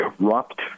corrupt